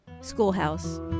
schoolhouse